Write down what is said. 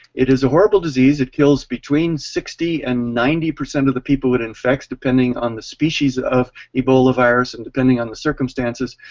it is a horrible disease. it kills between sixty and ninety percent of the people it infects, depending on the species of ebola virus, and depending on the circumstances,